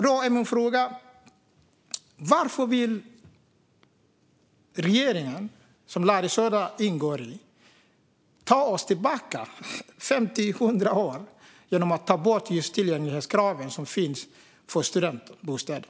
Då är min fråga: Varför vill regeringen och Larry Söder ta oss tillbaka 50-100 år genom att ta bort just tillgänglighetskraven för studentbostäder?